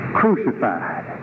crucified